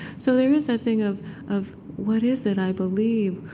so there is that thing of of what is it, i believe?